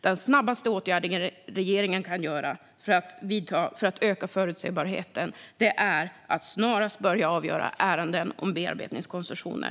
Den snabbaste åtgärden regeringen kan vidta för att öka förutsebarheten är att snarast börja avgöra ärendena om bearbetningskoncessioner.